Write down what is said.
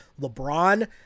LeBron